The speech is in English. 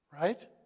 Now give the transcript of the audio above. Right